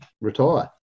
retire